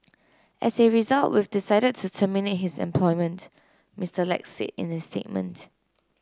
as a result we've decided to terminate his employment Mister Lack said in a statement